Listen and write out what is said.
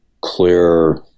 clear